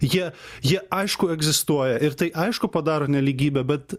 jie jie aišku egzistuoja ir tai aišku padaro nelygybę bet